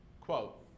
quote